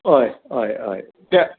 हय हय हय तें